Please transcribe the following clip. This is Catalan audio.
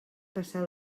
passat